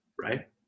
right